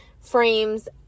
frames